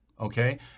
okay